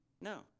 No